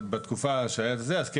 בתקופה שהיה זה אז כן,